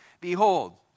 Behold